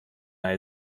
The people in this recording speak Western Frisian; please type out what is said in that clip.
nei